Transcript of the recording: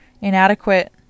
inadequate